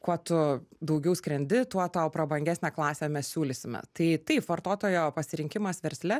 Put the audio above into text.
kuo tu daugiau skrendi tuo tau prabangesnę klasę mes siūlysime tai taip vartotojo pasirinkimas versle